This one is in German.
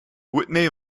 whitney